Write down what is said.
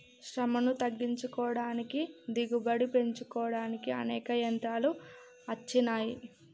శ్రమను తగ్గించుకోడానికి దిగుబడి పెంచుకోడానికి అనేక యంత్రాలు అచ్చినాయి